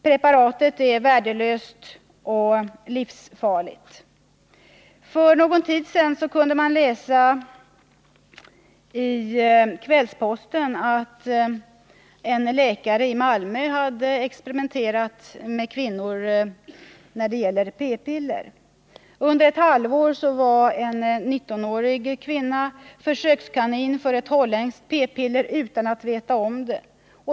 Preparatet är värdelöst och livsfarligt. För någon tid sedan kunde man i Kvällsposten läsa att en läkare i Malmö hade experimenterat med kvinnor när det gäller p-piller. Under ett halvår var en 19-årig kvinna försökskanin för ett holländskt p-piller utan att veta om det.